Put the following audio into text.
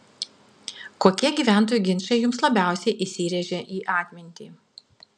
kokie gyventojų ginčai jums labiausiai įsirėžė į atmintį